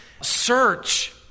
search